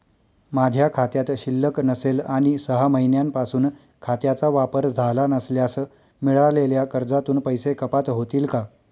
माझ्या खात्यात शिल्लक नसेल आणि सहा महिन्यांपासून खात्याचा वापर झाला नसल्यास मिळालेल्या कर्जातून पैसे कपात होतील का?